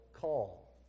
call